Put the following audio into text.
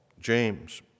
James